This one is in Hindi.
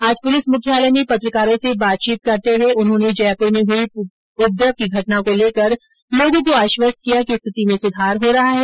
आज पुलिस मुख्यालय में पत्रकारो से बातचीत करते हुए उन्होंने जयपुर में हुई उपद्रव की घटना को लेकर लोगों को आश्वस्त किया कि स्थिति में सुधार हो रहा है